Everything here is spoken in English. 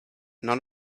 none